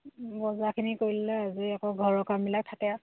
বজাৰখিনি কৰিলে আজৰি আকৌ ঘৰৰ কামবিলাক থাকে